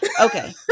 okay